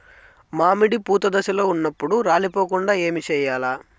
మామిడి పూత దశలో ఉన్నప్పుడు రాలిపోకుండ ఏమిచేయాల్ల?